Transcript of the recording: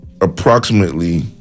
Approximately